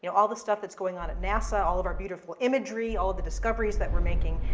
you know all the stuff that's going on at nasa, all of our beautiful imagery, all of the discoveries that we're making.